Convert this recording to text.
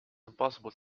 impossible